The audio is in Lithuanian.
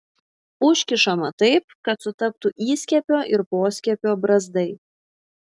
užkišama taip kad sutaptų įskiepio ir poskiepio brazdai